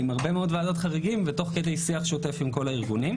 עם הרבה מאוד ועדות חריגים ותוך כדי שיח שוטף עם הארגונים.